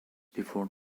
before